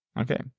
okay